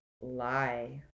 lie